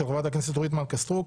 של חברת הכנסת אורית מלכה סטרוק.